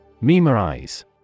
Memorize